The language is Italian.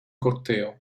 corteo